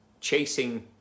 chasing